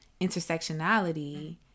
intersectionality